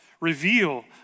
reveal